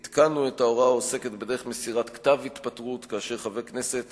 אנחנו עדכנו את ההוראה העוסקת בדרך מסירת כתב התפטרות כאשר חבר כנסת